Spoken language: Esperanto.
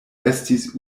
estis